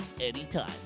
anytime